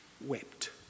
wept